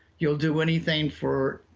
you'll do anything for